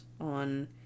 on